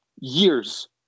years